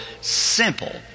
simple